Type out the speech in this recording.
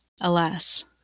Alas